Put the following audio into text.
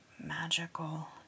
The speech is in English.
Magical